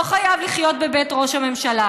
לא חייב לחיות בבית ראש הממשלה,